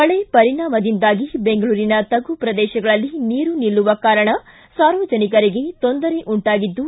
ಮಳೆ ಪರಿಣಾಮದಿಂದಾಗಿ ಬೆಂಗಳೂರಿನ ತಗ್ಗು ಪ್ರದೇಶಗಳಲ್ಲಿ ನೀರು ನಿಲ್ಲುವ ಕಾರಣ ಸಾರ್ವಜನಿಕರಿಗೆ ತೊಂದರೆ ಉಂಟಾಗಿದ್ದು